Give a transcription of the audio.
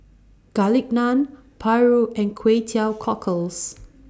Garlic Naan Paru and Kway Teow Cockles